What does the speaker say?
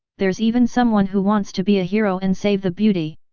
there's even someone who wants to be a hero and save the beauty!